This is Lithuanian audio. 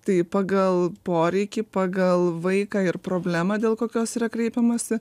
tai pagal poreikį pagal vaiką ir problemą dėl kokios yra kreipiamasi